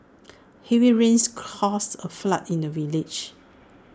heavy rains caused A flood in the village